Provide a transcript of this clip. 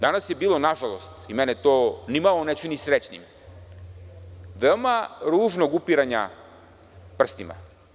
Danas je bilo, nažalost, i mene to nimalo ne čini srećnim, veoma ružnog upiranja prstima.